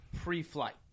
pre-flight